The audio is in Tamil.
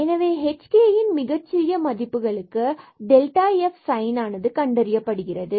எனவே h and kன் மிகச்சிறிய மதிப்புகளுக்கு இந்த f சைன்னானது கண்டறியப்படுகிறது